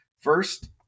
First